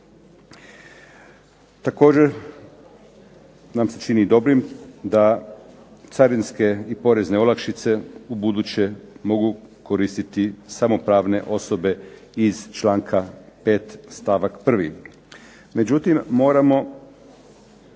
Također nam se čini dobrim da carinske i porezne olakšice ubuduće mogu koristiti samo pravne osobe iz članka 5. stavak 1.